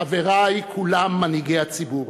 חברי כולם, מנהיגי הציבור,